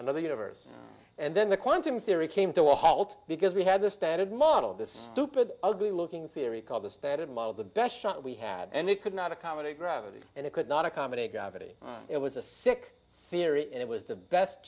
another universe and then the quantum theory came to a halt because we had the standard model the stupid ugly looking fieri called the standard model the best shot we had and it could not accommodate gravity and it could not accommodate gravity it was a sick theory and it was the best